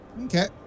Okay